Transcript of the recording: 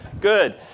Good